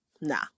Nah